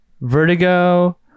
Vertigo